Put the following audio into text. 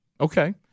Okay